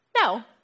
no